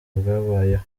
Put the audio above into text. bwabayeho